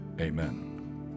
Amen